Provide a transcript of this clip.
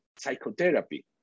psychotherapy